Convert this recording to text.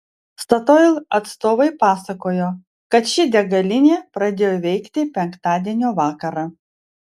statoil atstovai pasakojo kad ši degalinė pradėjo veikti penktadienio vakarą